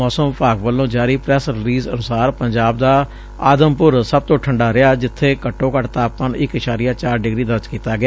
ਮੌਸਮ ਵਿਭਾਗ ਵੱਲੋ ਜਾਰੀ ਪ੍ਰੈਸ ਰਿਲੀਜ਼ ਅਨੁਸਾਰ ਪੰਜਾਬ ਦਾ ਆਦਮਪੁਰ ਸਭ ਤੋਂ ਠੰਢਾ ਰਿਹਾ ਜਿੱਥੇ ਘੱਟੋ ਘੱਟ ਤਾਪਮਾਨ ਇਕ ਇਸਾਰਿਆ ਚਾਰ ਡਿਗਰੀ ਦਰਜ ਕੀਤਾ ਗਿਆ